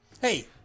Hey